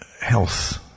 health